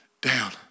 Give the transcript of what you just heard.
down